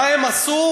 מה הם עשו?